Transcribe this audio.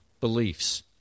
beliefs